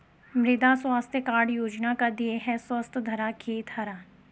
मृदा स्वास्थ्य कार्ड योजना का ध्येय है स्वस्थ धरा, खेत हरा